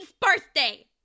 birthday